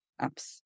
apps